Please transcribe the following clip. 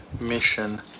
mission